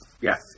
Yes